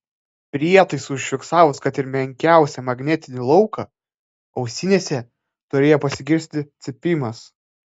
prietaisui užfiksavus kad ir menkiausią magnetinį lauką ausinėse turėjo pasigirsti cypimas